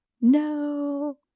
No